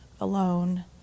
alone